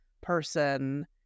person